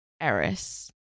Eris